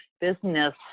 business